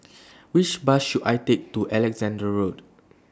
Which Bus should I Take to Alexandra Road